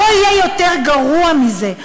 לא יהיה יותר גרוע מזה.